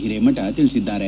ಹಿರೇಮಠ ತಿಳಿಸಿದ್ದಾರೆ